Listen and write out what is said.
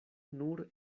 nur